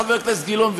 חבר הכנסת גילאון,